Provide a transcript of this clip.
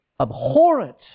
abhorrent